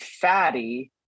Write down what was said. fatty